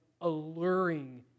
alluring